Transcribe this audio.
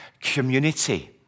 community